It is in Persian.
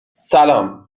سلام